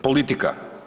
Politika.